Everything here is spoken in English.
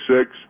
six